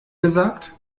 gesagt